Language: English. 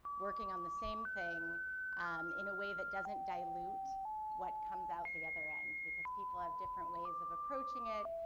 working on the same thing um in a way that doesn't dilute what comes out the other end, because people have different ways of approaching it,